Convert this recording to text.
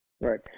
right